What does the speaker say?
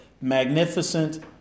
magnificent